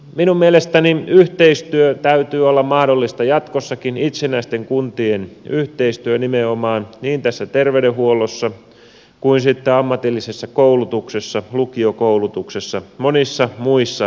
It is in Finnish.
minun mielestäni yhteistyön täytyy olla mahdollista jatkossakin itsenäisten kuntien yhteistyön nimenomaan niin tässä terveydenhuollossa kuin sitten ammatillisessa koulutuksessa lukiokoulutuksessa monissa muissa asioissa